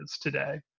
today